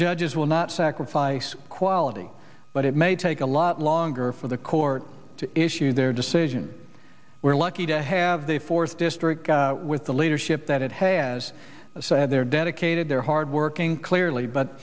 judges will not sacrifice quality but it may take a lot longer for the court to issue their decision we're lucky to have the fourth district with the leadership that it has said they're dedicated they're hardworking clearly but